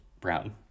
brown